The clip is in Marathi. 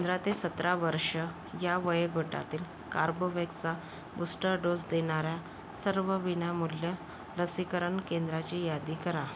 पंधरा ते सतरा वर्ष या वयोगटातील कार्बोवेक्सचा बूस्टर डोस देणारा सर्व विनामूल्य लसीकरण केंद्राची यादी करा